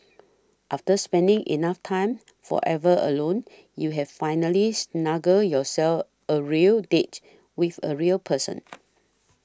after spending enough time forever alone you have finally snugged yourself a real date with a real person